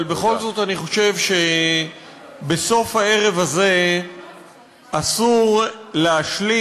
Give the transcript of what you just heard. אבל בכל זאת אני חושב שבסוף הערב הזה אסור להשלים